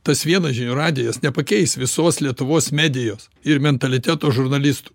tas vienas žinių radijas nepakeis visos lietuvos medijos ir mentaliteto žurnalistų